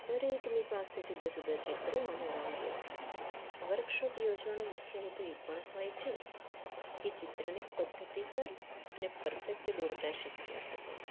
દરેકની પાસે જુદા જુદા ચિત્રો અને રંગો વર્કશોપ યોજવાનો મુખ્ય હેતુ એ પણ હોય છે કે ચિત્રને પદ્ધતિસર ને પરફેક્ટ દોરતાં શીખવી શકાય